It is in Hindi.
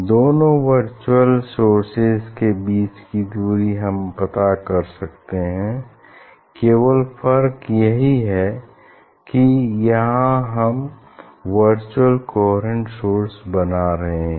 दोनों वर्चुअल सोर्सेज के बीच की दूरी हम पता कर सकते हैं केवल फर्क यही है की यहाँ हम वर्चुअल कोहेरेंट सोर्स बना रहे हैं